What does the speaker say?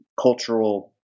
cultural